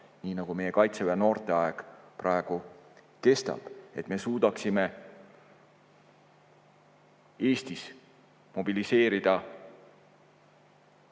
nii nagu meie Kaitseväe noorte aeg praegu kestab. Me suudaksime Eestis mobiliseerida